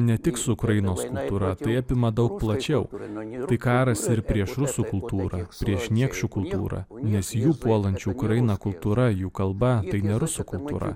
ne tik su ukrainos yra tai apima daug plačiau nunirai karas ir prieš mūsų kultūrą prieš niekšų kultūrą nes jų puolančių ukrainą kultūra jų kalba tai ne rusų kultūra